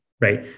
right